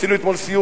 עשינו אתמול סיור,